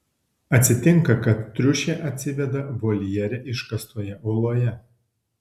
atsitinka kad triušė atsiveda voljere iškastoje uoloje